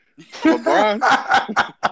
LeBron